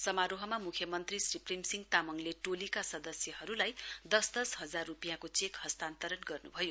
समारोहमा मुख्यमन्त्री श्री प्रेमसिंह तामाङले टोलीका सदस्यहरूलाई दस दस हजार रुपियाँको चेक हस्तान्तरण गर्नुभयो